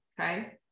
Okay